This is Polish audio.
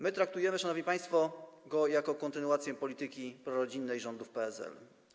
My traktujemy go, szanowni państwo, jako kontynuację polityki prorodzinnej rządów PSL.